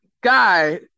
guy